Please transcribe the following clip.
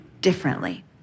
differently